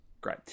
Great